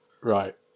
Right